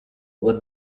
what